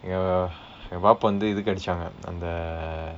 uh என் தப்பு வந்து இதுக்கு அடிச்சாங்க அந்த:en thappu vandthu ithukku adichsaangka andtha